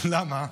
למה?